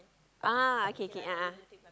ah okay K a'ah